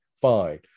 fine